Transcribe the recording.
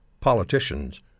politicians